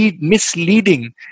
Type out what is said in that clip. misleading